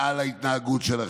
מה שנקרא, מעל ההתנהגות שלכם.